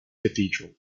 cathedral